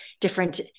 different